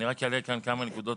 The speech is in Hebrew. אני רק אעלה כאן כמה נקודות.